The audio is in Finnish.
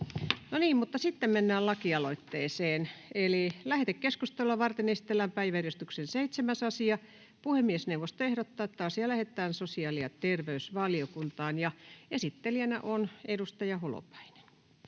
Time: N/A Content: Lähetekeskustelua varten esitellään päiväjärjestyksen 7. asia. Puhemiesneuvosto ehdottaa, että asia lähetetään sosiaali- ja terveysvaliokuntaan. — Esittelijänä on edustaja Holopainen.